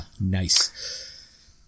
Nice